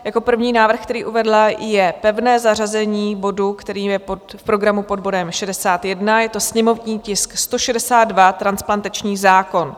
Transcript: Jako první návrh, který uvedla, je pevné zařazení bodu, který je v programu pod bodem 61, je to sněmovní tisk 162, transplantační zákon.